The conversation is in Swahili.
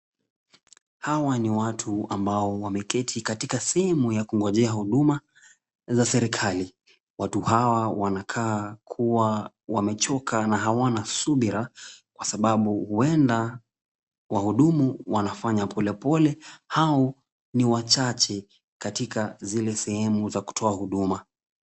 Hawa ni watu ambao wameketi katika sehemu ya kungojea huduma za serikali. Watu hawa wanakaa kuwa wamechoka na hawana subira kwa sababu huenda wahudumu wanafanya polepole au ni wachache katika zile sehemu za kutoa huduma.